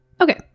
Okay